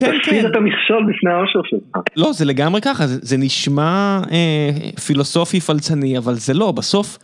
לא זה לגמרי ככה זה נשמע פילוסופי פלצני אבל זה לא, בסוף...